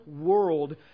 world